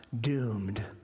doomed